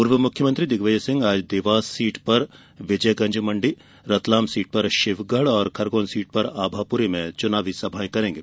पूर्व मुख्यमंत्री दिग्विजय सिंह आज देवास जिले के विजयगंज मंडी रतलाम जिले में शिवगढ़ और खरगोन सीट पर आभापुरी में चुनावी सभाएं लेंगे